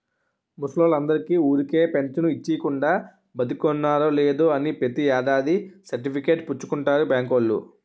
ముసలోల్లందరికీ ఊరికే పెంచను ఇచ్చీకుండా, బతికున్నారో లేదో అని ప్రతి ఏడాది సర్టిఫికేట్ పుచ్చుకుంటారు బాంకోల్లు